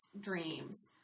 dreams